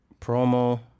Promo